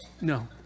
no